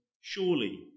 Surely